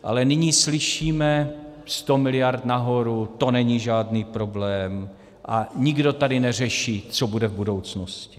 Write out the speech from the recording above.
Ale nyní slyšíme: 100 miliard nahoru, to není žádný problém, a nikdo tady neřeší, co bude v budoucnosti.